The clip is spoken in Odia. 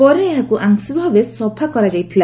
ପରେ ଏହାକୁ ଆଂଶିକ ଭାବେ ସଫା କରାଯାଇଥିଲା